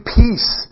peace